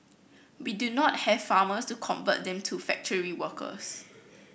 we do not have farmers to convert them to factory workers